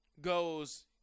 goes